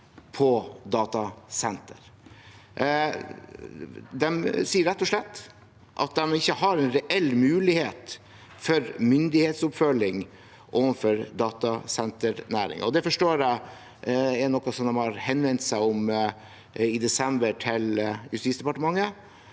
på datasentre. De sier rett og slett at de ikke har en reell mulighet for myndighetsoppfølging overfor datasenternæringen, og det forstår jeg er noe de i desember henvendte seg om til Justisdepartementet,